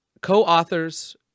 co-authors